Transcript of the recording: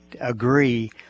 agree